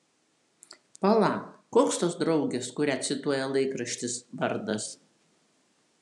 pala koks tos draugės kurią cituoja laikraštis vardas